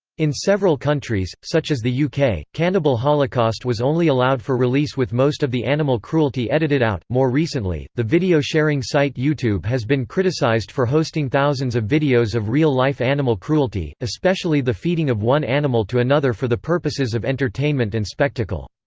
in several countries, such as the uk, cannibal holocaust was only allowed for release with most of the animal cruelty edited out more recently, the video sharing site youtube has been criticized for hosting thousands of videos of real life animal cruelty, especially the feeding of one animal to another for the purposes of entertainment and spectacle.